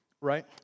right